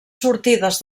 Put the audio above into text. sortides